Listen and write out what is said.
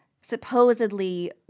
supposedly –